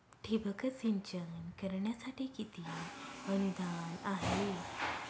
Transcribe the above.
ठिबक सिंचन करण्यासाठी किती अनुदान आहे?